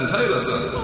Taylorson